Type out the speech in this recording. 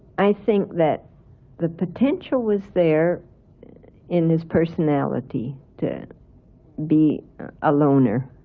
i think that the potential was there in his personality to be a loner,